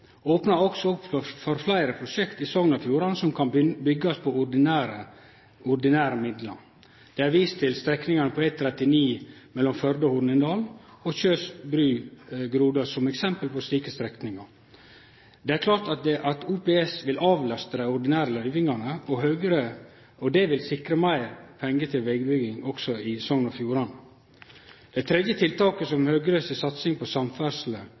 opnar også opp for fleire prosjekt i Sogn og Fjordane som kan byggjast med ordinære midlar. Det er vist til strekningane på E39 mellom Førde og Hornindal og Kjøs bru–Grodås som eksempel på slike strekningar. Det er klart at OPS vil avlaste dei ordinære løyvingane, og det vil sikre meir pengar til vegbygging også i Sogn og Fjordane. Det tredje tiltaket i Høgres satsing på samferdsle